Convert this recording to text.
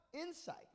insight